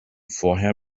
vorher